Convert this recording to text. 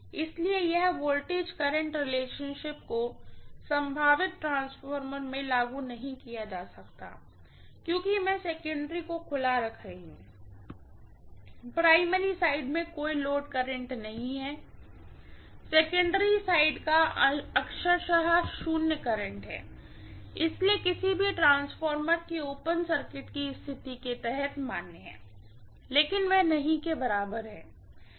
इसलिए यह voltage current relationship को संभावित ट्रांसफॉर्मर में लागू नहीं किया जा सकता क्योंकि मैं सेकेंडरी साइड को खुला रख रही हूँ प्राइमरी साइड में कोई लोड करंट नहीं होगा सेकेंडरी साइड का अक्षरशः शून्य करंट है इसलिए किसी भी ट्रांसफॉर्मर की ओपन सर्किट स्थिति के तहत मान्य है लेकिन वह के बराबर नहीं है